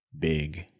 big